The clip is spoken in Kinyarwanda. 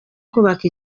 kubaka